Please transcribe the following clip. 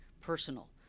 personal